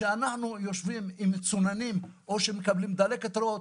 כשאנחנו חולים במחלות אחרות אנחנו מגיעים לעבודה,